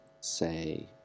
say